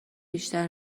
بیشتر